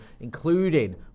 including